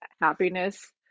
happiness